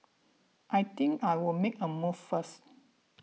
I think I'll make a move first